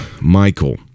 Michael